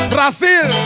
Brazil